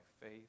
faith